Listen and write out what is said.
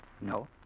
No